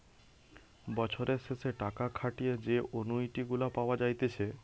বছরের শেষে টাকা খাটিয়ে যে অনুইটি গুলা পাওয়া যাইতেছে